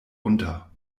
unter